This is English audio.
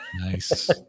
nice